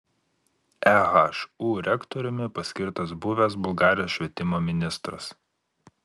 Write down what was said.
ehu rektoriumi paskirtas buvęs bulgarijos švietimo ministras